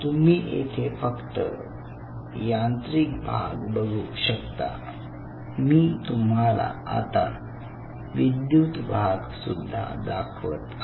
तुम्ही येथे फक्त यांत्रिक भाग बघू शकता मी तुम्हाला आता विद्युत भाग सुद्धा दाखवत आहे